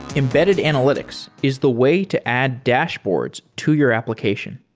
embedded analytics is the way to add dashboards to your application.